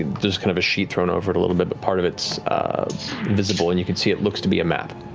there's kind of a sheet thrown over it a little bit, but part of it's visible and you can see it looks to be a map.